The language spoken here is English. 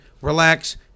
relax